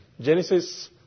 Genesis